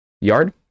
yard